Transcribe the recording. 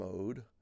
mode